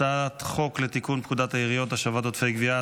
הצעת חוק לתיקון פקודת העיריות (השבת עודפי גבייה),